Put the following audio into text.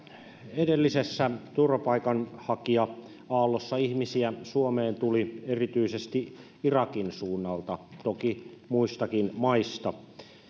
edellisessä turvapaikanhakija aallossa suomeen tuli ihmisiä erityisesti irakin suunnalta toki muistakin maista